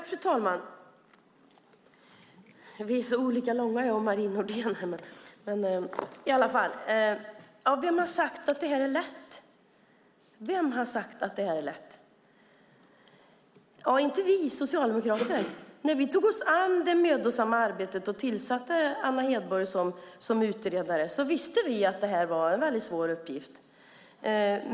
Fru talman! Vem har sagt att detta är lätt? Inte vi socialdemokrater! När vi tog oss an det mödosamma arbetet och tillsatte Anna Hedborg som utredare visste vi att det var en svår uppgift.